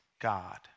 God